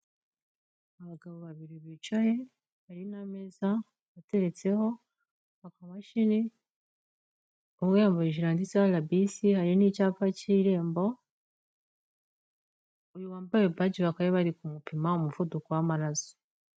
Abagabo babiri bicaye, hari n'ameza ateretseho akamashini, umwe yambaye ijire yanditseho arabisi, hari n'icyapa cy'irembo, uyu wambaye baji wa bakabaye bari kumupima umuvuduko w'amaraso.